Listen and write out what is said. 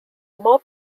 mob